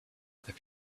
other